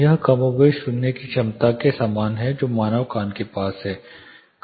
यह कमोबेश सुनने की क्षमता के समान है जो मानव कान के पास है